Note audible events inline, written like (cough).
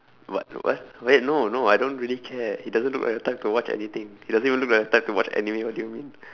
what what wait no no I don't really care he doesn't look like the type to watch anything he doesn't even look like the type who watch anime what do you mean (breath)